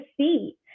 see